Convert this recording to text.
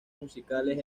musicales